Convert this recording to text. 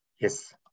Yes